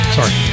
Sorry